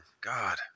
God